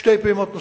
שתי פעימות,